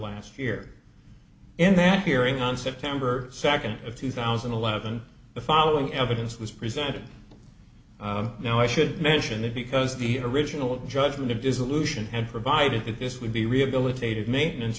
last year in that hearing on september second of two thousand and eleven the following evidence was presented now i should mention that because the original judgment of dissolution had provided that this would be rehabilitated maintenance